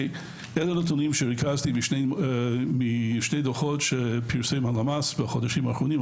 אלה נתונים שריכזתי משני דוחות שפרסמה הלמ"ס בחודשים האחרונים,